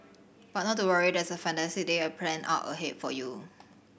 but not to worry there's a fantastic day a planned out ahead for you